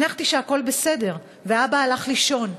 הנחתי שהכול בסדר ואבא הלך לישון,